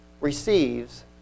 receives